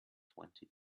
twenty